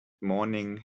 morning